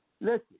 Listen